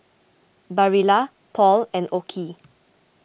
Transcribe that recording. Barilla Paul and Oki